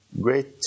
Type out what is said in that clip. Great